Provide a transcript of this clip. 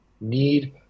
need